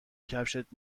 کفشت